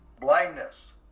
blindness